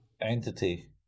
entity